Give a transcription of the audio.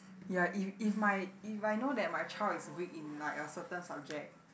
ya if if my if I know that my child is weak in like a certain subject